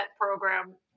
program